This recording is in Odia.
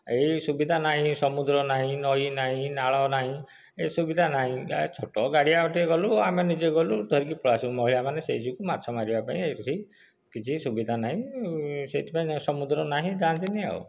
ଏହି ସୁବିଧା ନାହିଁ ସମୁଦ୍ର ନାହିଁ ନଈ ନାହିଁ ନାଳ ନାହିଁ ଏ ସୁବିଧା ନାହିଁ ଏ ଛୋଟ ଗାଡ଼ିଆଟିଏ ଗଲୁ ଆମେ ନିଜେ ଗଲୁ ଧରିକି ପଳାଇଆସିଲୁ ମହିଳାମାନେ ସେହି ଯୋଗୁଁ ମାଛ ମାରିବାକୁ ଏଇଠି କିଛି ସୁବିଧା ନାହିଁ ସେଇଥିପାଇଁ ସମୁଦ୍ର ନାହିଁ ଯାଆନ୍ତିନି ଆଉ